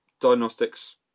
diagnostics